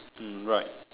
hmm right